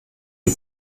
die